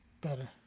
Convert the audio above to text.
better